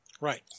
Right